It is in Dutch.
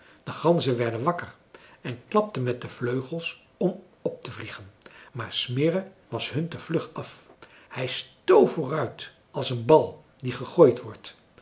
de ganzen werden wakker en klapten met de vleugels om op te vliegen maar smirre was hun te vlug af hij stoof vooruit als een bal die gegooid wordt